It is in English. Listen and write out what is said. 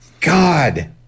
God